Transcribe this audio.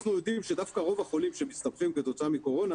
אנחנו יודעים שרוב החולים שמסתבכים כתוצאה מקורונה